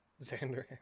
xander